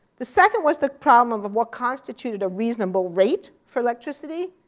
the second was the problem of what constituted a reasonable rate for electricity,